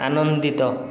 ଆନନ୍ଦିତ